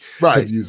Right